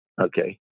okay